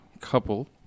couple